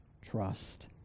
trust